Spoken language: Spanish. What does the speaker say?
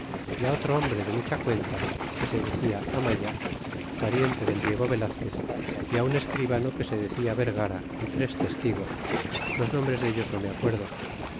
é otro hombre de mucha cuenta que se decia amaya pariente del diego velazquez y un escribano que se decia vergara y tres testigos los nombres dellos no me acuerdo